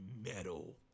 metal